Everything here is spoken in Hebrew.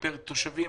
פר התושבים.